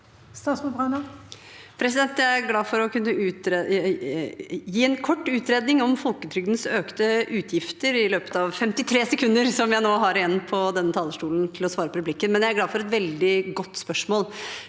Jeg er glad for å kunne gi en kort utredning om folketrygdens økte utgifter i løpet av 53 sekunder, som jeg nå har igjen på denne talerstolen til å svare på replikken, og jeg er veldig glad for veldig gode spørsmål.